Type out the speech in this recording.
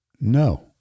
no